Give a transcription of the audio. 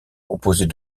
composée